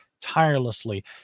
tirelessly